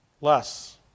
less